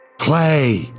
play